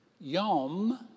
Yom